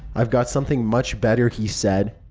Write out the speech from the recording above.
i've got something much better, he said.